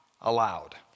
allowed